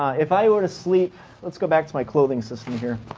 if i were to sleep let's go back to my clothing system here.